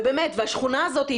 ובאמת השכונה הזאת,